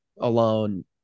alone